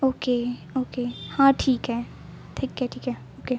okay okay हां ठीक आहे ठीक आहे ठीक आहे ओके